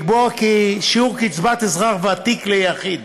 לקבוע כי שיעור קצבת אזרח ותיק ליחיד